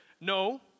no